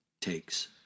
takes